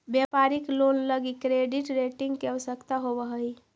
व्यापारिक लोन लगी credit rating के आवश्यकता होवऽ हई